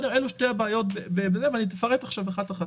אלה שתי הבעיות ואני אפרט עכשיו אחת אחת,